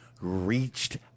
reached